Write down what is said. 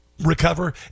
recover